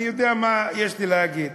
אני יודע מה יש לי להגיד.